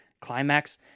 climax